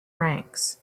ranks